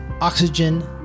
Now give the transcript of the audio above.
oxygen